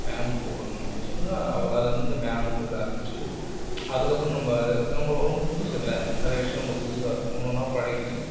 மேம்னு கூப்புடணும் அப்படின்னு சொன்னாங்க அதுலேருந்து மேம்னு கூப்பிட ஆரமித்தது அதுக்கப்புறம் நம்ம நம்ம ரொம்ப புதுசுல்லை நிறைய விஷயம் நம்மளுக்கு புதுசாக இருக்கும் ஒன்று ஒன்றா பழகிகிட்டு